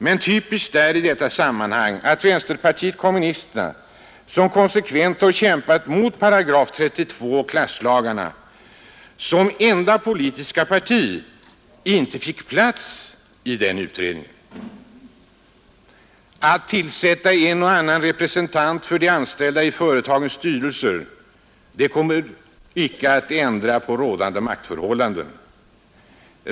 Men typiskt i detta sammanhang är att vänsterpartiet kommunisterna, som konsekvent har kämpat mot § 32 och klasslagarna, som enda politiska parti inte fick plats i den utredningen. Att tillsätta en och annan representant för de anställda i företagens styrelser kommer inte att ändra på rådande maktförhållanden.